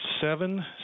seven